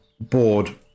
board